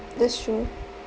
that's true